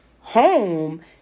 home